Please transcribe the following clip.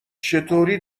چطوری